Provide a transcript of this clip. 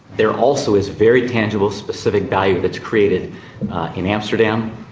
there also is very tangible specific value that's created in amsterdam,